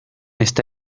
está